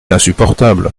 insupportable